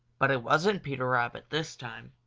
but it wasn't peter rabbit this time.